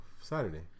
Saturday